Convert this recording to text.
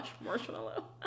marshmallow